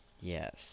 Yes